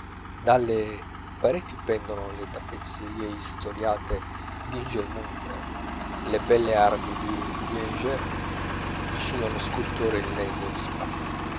dalle pareti pendon le tappezzerie istoriate d'ingelmunter le belle armi di lièges vicino alle sculture in legno di spa